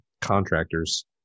contractors